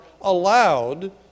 allowed